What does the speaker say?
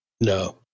no